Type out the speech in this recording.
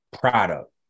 Product